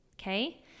Okay